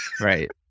Right